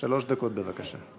שלוש דקות בבקשה.